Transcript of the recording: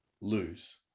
lose